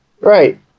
Right